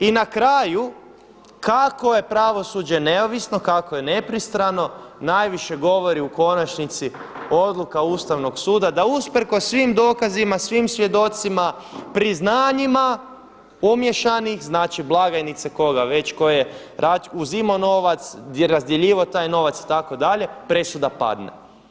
I na kraju kako je pravosuđe neovisno, kako je nepristrano najviše govori u konačnici odluka Ustavnog suda da usprkos svim dokazima, svim svjedocima, priznanjima umiješanih znači blagajnice koga već, tko je uzimao novac i razdjeljivao taj novac itd. presuda padne.